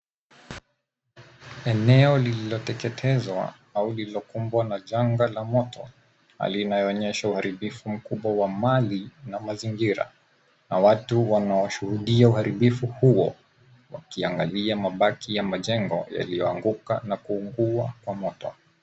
Eneo lililoteketezwa au lililokumbwa na janga la moto linaonyesha uharibifu mkubwa wa mali na mazingira na watu wanaoshuhudia uharibifu huo wakiangalia mabaki ya majengo yaliyoanguka na kuungua kwa moto.